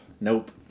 Nope